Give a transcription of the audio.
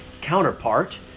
counterpart